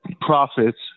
profits